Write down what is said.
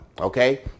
Okay